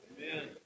Amen